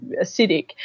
acidic